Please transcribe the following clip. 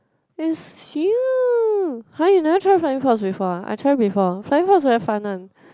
is you !huh! you never try flying fox before ah I try before flying fox is very fun one